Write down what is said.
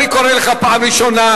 אני קורא לך פעם ראשונה,